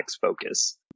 focus